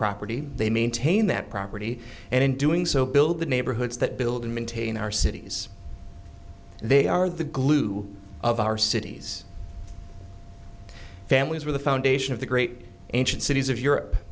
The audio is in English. property they maintain that property and in doing so build the neighborhoods that build and maintain our cities they are the glue of our city's families were the foundation of the great ancient cities of europe